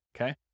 okay